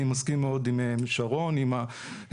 אני מסכים מאוד עם שרון, עם הדרישה.